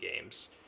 games